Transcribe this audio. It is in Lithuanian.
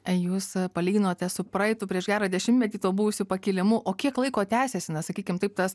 jūs palyginote su praeitu prieš gerą dešimtmetį tuo buvusiu pakilimu o kiek laiko tęsiasi na sakykim taip tas